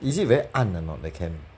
is it very 暗 or not that camp